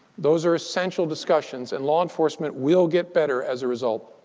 those are essential discussions, and law enforcement will get better as a result.